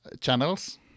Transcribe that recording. channels